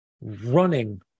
running